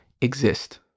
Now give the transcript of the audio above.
exist